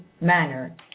manner